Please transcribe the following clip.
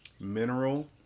mineral